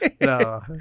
no